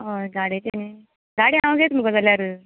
हय गाडयेचें गाडी हांव घेता मगो जाल्यार